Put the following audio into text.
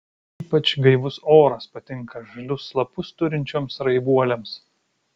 ypač gaivus oras patinka žalius lapus turinčioms raibuolėms